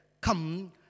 come